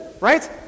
right